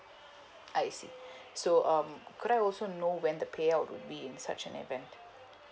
I see so um could I also know when the payout would be in such an event